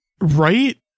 Right